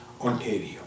Ontario